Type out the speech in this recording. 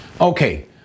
Okay